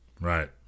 Right